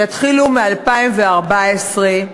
שיתחילו ב-2014,